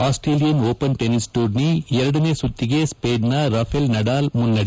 Australian open tennis tourney ಎರಡನೇ ಸುತ್ತಿಗೆ ಸ್ಲೇನ್ನ ರಾಫೆಲ್ ನಡಾಲ್ ಮುನ್ನಡೆ